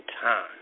time